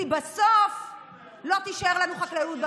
כי בסוף לא תישאר לנו חקלאות במדינה.